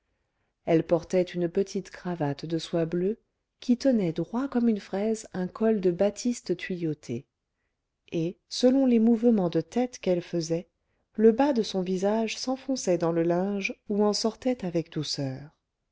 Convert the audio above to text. elle portait une petite cravate de soie bleue qui tenait droit comme une fraise un col de batiste tuyauté et selon les mouvements de tête qu'elle faisait le bas de son visage s'enfonçait dans le linge ou en sortait avec douceur